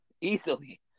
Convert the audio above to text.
easily